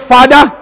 Father